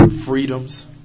freedoms